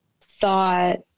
thought